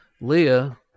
Leah